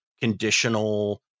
conditional